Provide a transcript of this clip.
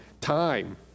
time